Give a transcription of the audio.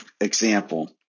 example